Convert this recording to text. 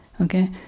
okay